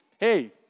hey